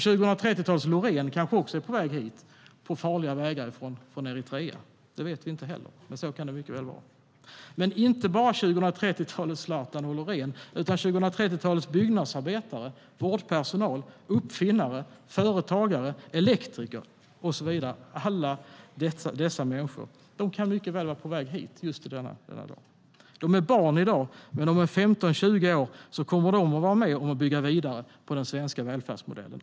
2030-talets Loreen kanske också är på väg hit, på farliga vägar från Eritrea. Det vet vi inte heller, men så kan det mycket väl vara. Men inte bara 2030-talets Zlatan och Loreen utan 2030-talets byggnadsarbetare, vårdpersonal, uppfinnare, företagare, elektriker och så vidare - alla dessa människor - kan mycket väl vara på väg hit just i denna dag. De är barn i dag, men om 15-20 år kommer de att vara med om att bygga vidare på den svenska välfärdsmodellen.